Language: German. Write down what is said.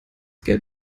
geld